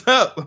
up